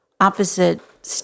opposite